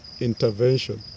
intervention